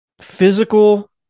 Physical